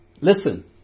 Listen